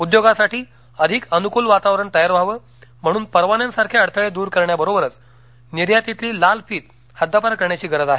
उद्योगासाठी अधिक अनुकूल वातावरण तयार व्हावं म्हणून परवान्यांसारखे अडथळे दूर करण्याबरोबरच निर्यातीतली लाल फीत हद्दपार करण्याची गरज आहे